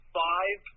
five